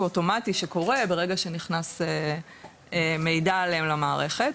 אוטומטי שקורה ברגע שנכנס מידע עליהם למערכת.